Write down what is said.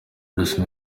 bruce